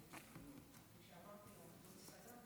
כנסת נכבדה,